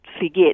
forget